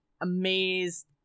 Amazed